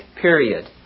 period